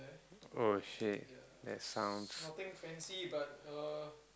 oh shit that sounds